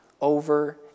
over